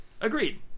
Agreed